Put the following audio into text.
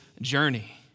journey